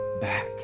back